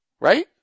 right